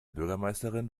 bürgermeisterin